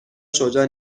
شجاع